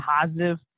positive